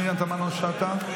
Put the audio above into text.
פנינה תמנו שטה,